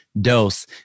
dose